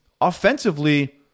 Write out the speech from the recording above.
offensively